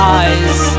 eyes